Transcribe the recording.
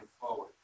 forward